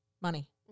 money